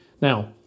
Now